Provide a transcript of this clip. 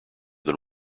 than